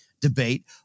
debate